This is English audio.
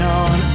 on